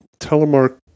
telemark